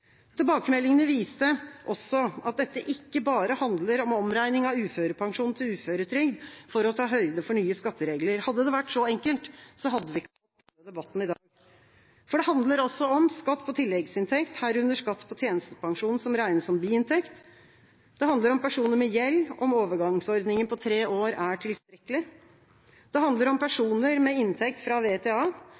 Tilbakemeldingene viste også at dette ikke bare handler om omregning av uførepensjon til uføretrygd for å ta høyde for nye skatteregler. Hadde det vært så enkelt, hadde vi ikke hatt denne debatten i dag. Det handler altså om skatt på tilleggsinntekt, herunder skatt på tjenestepensjon, som regnes som biinntekt. personer med gjeld – om overgangsordninga på tre år er tilstrekkelig. personer med inntekt fra VTA.